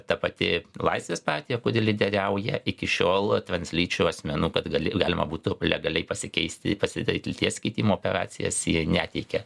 ta pati laisvės partija kodėl lyderiauja iki šiol translyčių asmenų kad gali galima būtų legaliai pasikeisti pasidaryt lyties keitimo operacijas jie neteikia